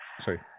Sorry